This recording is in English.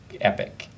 epic